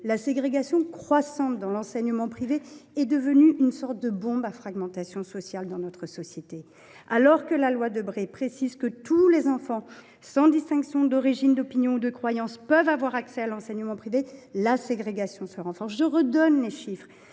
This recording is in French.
la ségrégation croissante dans l’enseignement privé est devenue une sorte de bombe à fragmentation sociale. Absolument ! Alors que la loi Debré précise que tous les enfants, sans distinction d’origine, d’opinion ou de croyance, peuvent avoir accès à l’enseignement privé, la ségrégation se renforce. J’y reviens, les chiffres